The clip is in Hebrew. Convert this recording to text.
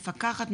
מפקחת,